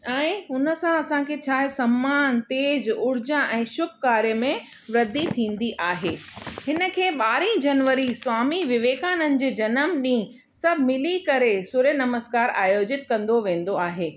ऐं हुन सां असांखे छा आहे सम्मान तेजु उर्जा ऐं शुभ कार्य में वृधी थींदी आहे हिन खे ॿारहं जनवरी स्वामी विवेकानंद जो जनम ॾींहं सभु मिली करे सूर्य नमस्कार आयोजित कंदो वेंदो आहे